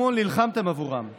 להתמודדות עם נגיף הקורונה החדש (הוראת שעה),